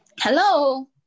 Hello